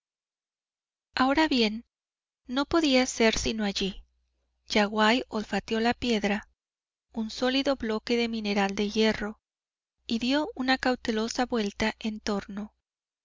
ahora bien no podía ser sino allí yaguaí olfateó la piedra un sólido bloque de mineral de hierro y dió una cautelosa vuelta